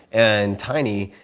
and tiny,